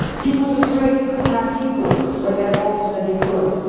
he was afraid he could not keep her, but had hopes that he could.